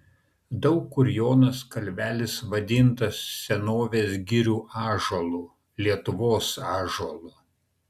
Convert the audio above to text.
daug kur jonas kalvelis vadintas senovės girių ąžuolu lietuvos ąžuolu